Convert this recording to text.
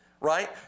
right